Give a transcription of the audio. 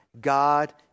God